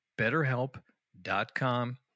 BetterHelp.com